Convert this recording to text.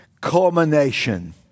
culmination